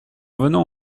venons